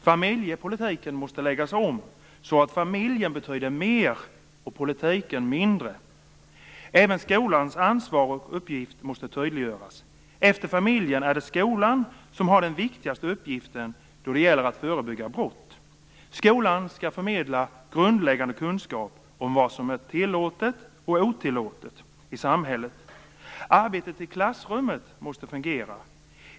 Familjepolitiken måste läggas om så att familjen betyder mer och politiken mindre. Även skolans ansvar och uppgift måste tydliggöras. Efter familjen är det skolan som har den viktigaste uppgiften då det gäller att förebygga brott. Skolan skall förmedla grundläggande kunskaper om vad som är tillåtet och otillåtet i samhället. Arbetet i klassrummet måste fungera.